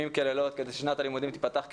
כימים כדי ששנת הלימודים תיפתח כסדרה.